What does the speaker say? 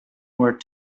were